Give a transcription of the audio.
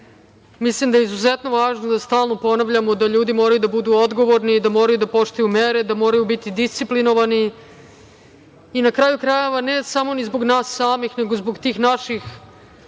mislim da je izuzetno važno da stalno ponavljamo da ljudi moraju da budu odgovorni, da moraju da poštuju mere, da moraju biti disciplinovani. Na kraju krajeva, ne samo ni zbog nas samih, nego zbog tih naših